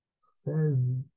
Says